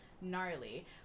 gnarly